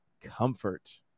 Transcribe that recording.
comfort